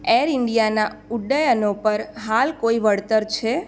air ઇન્ડિયાનાં ઉડ્ડયનો પર હાલ કોઈ વળતર છે